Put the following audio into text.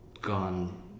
gone